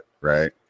right